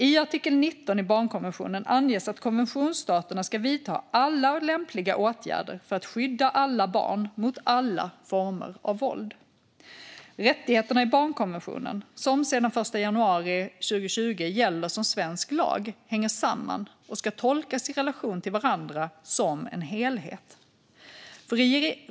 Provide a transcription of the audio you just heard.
I artikel 19 i barnkonventionen anges att konventionsstaterna ska vidta alla lämpliga åtgärder för att skydda alla barn mot alla former av våld. Rättigheterna i barnkonventionen, som sedan den 1 januari 2020 gäller som svensk lag, hänger samman och ska tolkas i relation till varandra som en helhet.